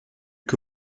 que